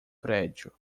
prédio